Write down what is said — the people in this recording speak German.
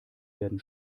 werden